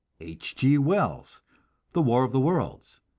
h. g. wells the war of the worlds,